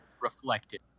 reflected